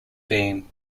being